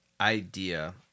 idea